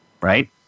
Right